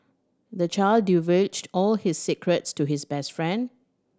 the child divulged all his secrets to his best friend